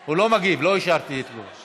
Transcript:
הוא לא מגיב, לא אישרתי את זה.